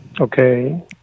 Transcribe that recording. Okay